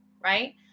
right